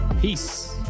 Peace